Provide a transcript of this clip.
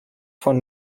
von